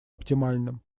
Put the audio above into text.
оптимальным